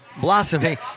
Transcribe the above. Blossoming